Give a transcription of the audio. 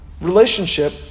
relationship